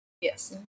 Yes